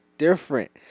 Different